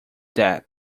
that